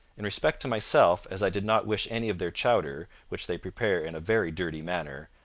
in respect to myself, as i did not wish any of their chowder, which they prepare in a very dirty manner,